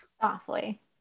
softly